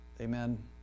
Amen